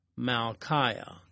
Malchiah